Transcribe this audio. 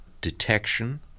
detection